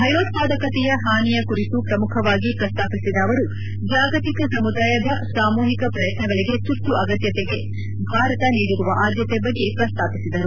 ಭಯೋತ್ವಾದಕತೆಯ ಹಾನಿಯ ಕುರಿತು ಪ್ರಮುಖವಾಗಿ ಪ್ರಸ್ತಾಪಿಸಿದ ಅವರು ಜಾಗತಿಕ ಸಮುದಾಯದ ಸಾಮೂಹಿಕ ಪ್ರಯತ್ನಗಳಿಗೆ ತುರ್ತು ಅಗತ್ವತೆಗೆ ಭಾರತ ನೀಡಿರುವ ಆದ್ದತೆ ಬಗ್ಗೆ ಪ್ರಸ್ತಾಪಿಸಿದರು